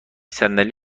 صندلی